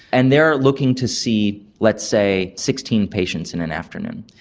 and they are looking to see, let's say, sixteen patients in an afternoon.